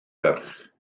ferch